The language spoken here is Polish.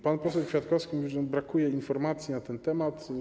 Pan poseł Kwiatkowski mówił, że brakuje informacji na ten temat.